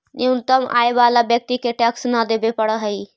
न्यूनतम आय वाला व्यक्ति के टैक्स न देवे पड़ऽ हई